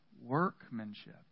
workmanship